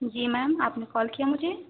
जी ma'am आपने call किया मुझे